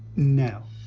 no.